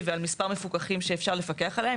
ועל מספר מפוקחים שאפשר לפקח עליהם.